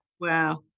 Wow